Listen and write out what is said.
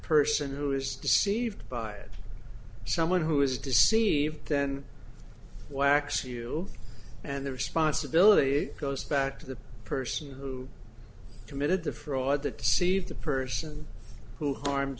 person who is deceived by someone who is deceived and whacks you and the responsibility goes back to the person who committed the fraud that to see the person who harm